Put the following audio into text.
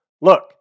Look